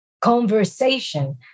conversation